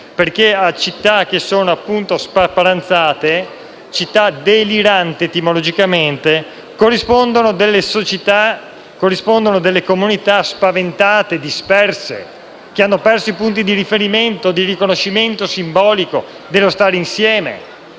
perché a città che sono appunto "spaparanzate", città deliranti etimologicamente, corrispondono delle società, delle comunità spaventate, disperse, che hanno perso i punti di riferimento e di riconoscimento simbolico dello stare insieme.